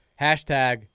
Hashtag